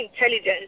intelligence